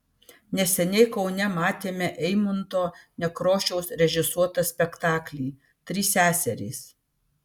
neseniai kaune matėme eimunto nekrošiaus režisuotą spektaklį trys seserys